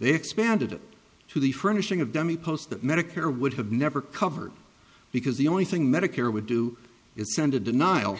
they expanded it to the furnishing of dummy post that medicare would have never covered because the only thing medicare would do is send a denial